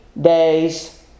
days